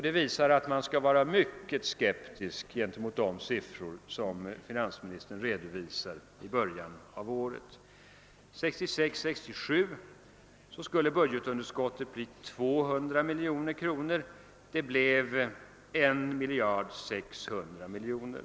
Det visar att man skall vara skeptisk gentemot de siffror som finansministern redovisar i början av året. 1966/67 skulle budgetunderskottet bli 209 miljoner; det blev 1631 miljoner.